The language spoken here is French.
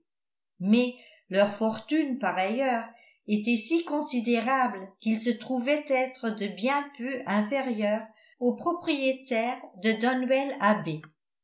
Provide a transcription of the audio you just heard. mais leur fortune par ailleurs était si considérable qu'ils se trouvaient être de bien peu inférieurs aux propriétaires de donwell abbey